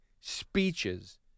speeches